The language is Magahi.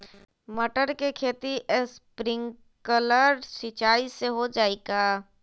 मटर के खेती स्प्रिंकलर सिंचाई से हो जाई का?